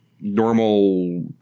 normal